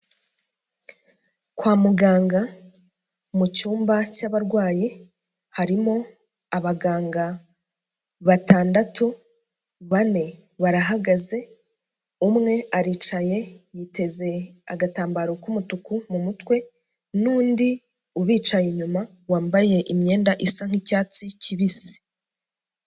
Kwa muganga mu cyumba cy'abarwayi, harimo abaganga batandatu. Bane barahagaze, umwe aricaye yiteze agatambaro k'umutuku mu mutwe. N'undi ubicaye inyuma wambaye imyenda isa nk'icyatsi kibisi.